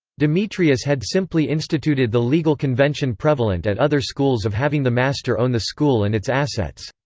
demetrius had simply instituted the legal convention prevalent at other schools of having the master own the school and its assets.